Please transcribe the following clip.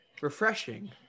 Refreshing